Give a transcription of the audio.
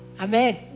Amen